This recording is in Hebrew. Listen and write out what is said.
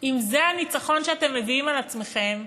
אם זה הניצחון שאתם מביאים על עצמכם,